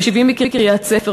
ו-70 מקריית-ספר,